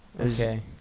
Okay